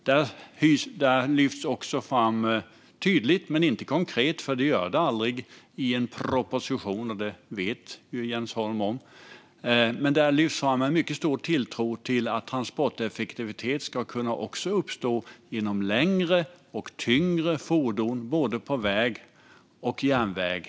Där lyfts också fram tydligt men inte konkret - för det gör det aldrig i en proposition, och det vet Jens Holm - en mycket stor tilltro till att transporteffektivitet också ska kunna uppstå för längre och tyngre fordon både på väg och på järnväg.